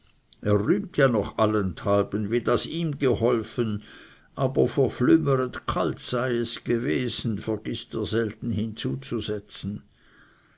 er rühmt ja noch allenthalben wie das ihm geholfen aber verflüemeret kalt sei es gewesen vergißt er selten hinzuzusetzen